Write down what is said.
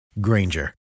Granger